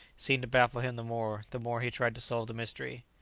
seemed to baffle him the more, the more he tried to solve the mystery.